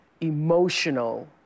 emotional